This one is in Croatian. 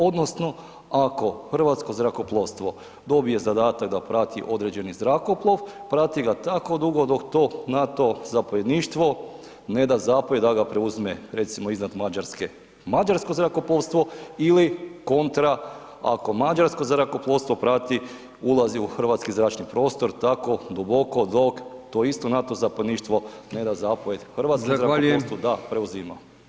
Odnosno ako hrvatsko zrakoplovstvo dobije zadatak da prati određeni zrakoplov, prati ga tako dugo dok to NATO zapovjedništvo ne da zapovijed da ga preuzme recimo iznad Mađarske, mađarsko zrakoplovstvo ili kontra ako mađarsko zrakoplovstvo prati ulazi u hrvatski zračni prostor tako duboko dok to isto NATO zapovjedništvo ne da zapovijed hrvatskom zrakoplovstvu [[Upadica: Zahvaljujem.]] da preuzima.